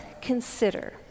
consider